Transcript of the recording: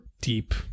deep